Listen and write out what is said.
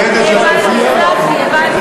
מתנגדת לכאפיה?